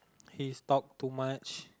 he's talk too much